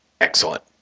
excellent